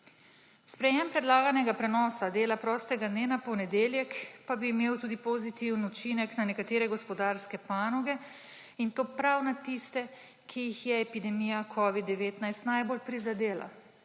Sprejem predlaganega prenosa dela prostega dne na ponedeljek pa bi imel tudi pozitiven učinek na nekatere gospodarske panoge in to prav na tiste, ki jih je epidemija covida-19 najbolj prizadela,